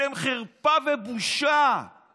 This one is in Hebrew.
אתם חרפה ובושה";